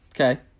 Okay